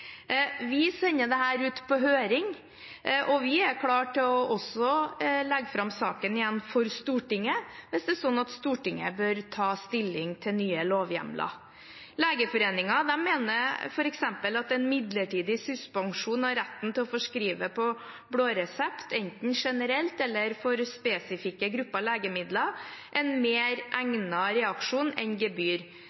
Vi sender dette ut på høring, og vi er klar til også å legge fram saken igjen for Stortinget hvis det er slik at Stortinget bør ta stilling til nye lovhjemler. Legeforeningen mener f.eks. at en midlertidig suspensjon av retten til å forskrive på blå resept, enten generelt eller for spesifikke grupper legemidler, er en mer